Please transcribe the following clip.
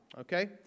okay